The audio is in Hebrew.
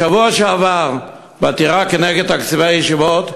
בשבוע שעבר, בעתירה נגד תקציבי הישיבות,